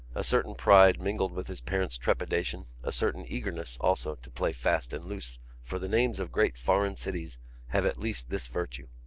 a certain pride mingled with his parents' trepidation, a certain eagerness, also, to play fast and loose for the names of great foreign cities have at least this virtue.